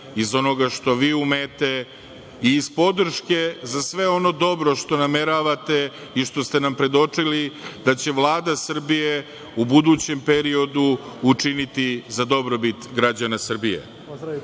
iz onoga što vi umete i iz podrške za sve ono dobro što nameravate i što ste nam predočili da će Vlada Srbije u budućem periodu učiniti za dobrobit građana Srbije. Ne